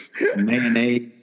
mayonnaise